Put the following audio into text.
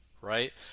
right